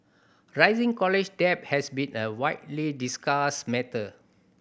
rising college debt has been a widely discussed matter